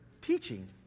teaching